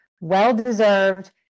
Well-deserved